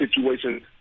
situations